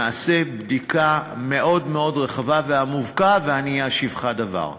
נעשה בדיקה מאוד מאוד רחבה ועמוקה ואני אשיבך דבר.